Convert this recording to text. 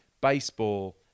Baseball